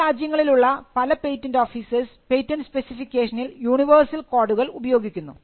പല രാജ്യങ്ങളിൽ ഉള്ള പല പേറ്റന്റ് ഓഫീസേഴ്സ് പേറ്റന്റ് സ്പെസിഫിക്കേഷനിൽ യൂണിവേഴ്സൽ കോഡുകൾ ഉപയോഗിക്കുന്നു